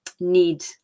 need